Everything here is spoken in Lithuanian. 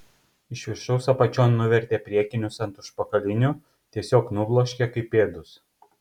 iš viršaus apačion nuvertė priekinius ant užpakalinių tiesiog nubloškė kaip pėdus